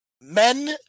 men